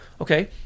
okay